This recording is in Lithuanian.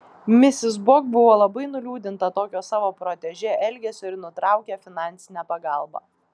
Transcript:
misis bok buvo labai nuliūdinta tokio savo protežė elgesio ir nutraukė finansinę pagalbą